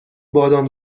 بادام